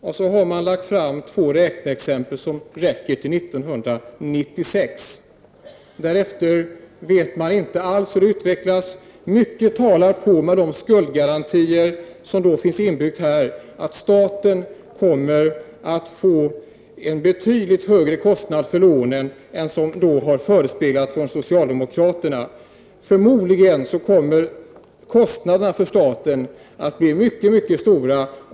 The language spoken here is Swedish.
Man har lagt fram två räkneexempel som räcker till 1996. Där efter vet man inte alls hur det utvecklas. Mycket talar för att staten, med de skuldgarantier som då finns inbyggda, kommer att få en betydligt högre kostnad för lånen än vad som har förespeglats från socialdemokraterna. Förmodligen kommer kostnaderna för staten att bli mycket stora.